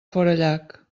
forallac